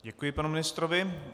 Děkuji panu ministrovi.